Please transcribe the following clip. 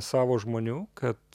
savo žmonių kad